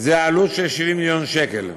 זאת עלות של 70 מיליון שקל.